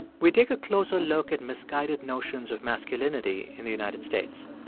we take a closer look at misguided notions of masculinity in the united states.